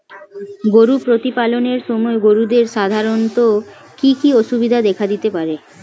গরু প্রতিপালনের সময় গরুদের সাধারণত কি কি অসুবিধা দেখা দিতে পারে?